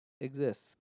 exists